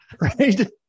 Right